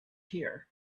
here